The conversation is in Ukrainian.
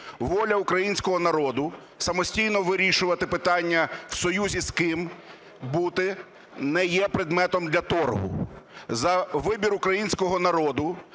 Воля українського народу самостійно вирішувати питання в союзі з ким бути не є предметом для торгу. За вибір українського народу